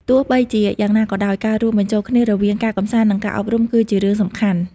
ទោះបីជាយ៉ាងណាក៏ដោយ ការរួមបញ្ចូលគ្នារវាងការកម្សាន្តនិងការអប់រំគឺជារឿងសំខាន់។